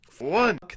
One